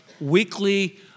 weekly